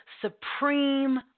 Supreme